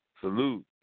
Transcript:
Salute